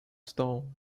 stall